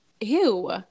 Ew